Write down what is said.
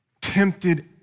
tempted